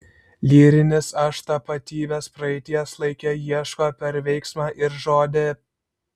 lyrinis aš tapatybės praeities laike ieško per veiksmą ir žodį